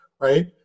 right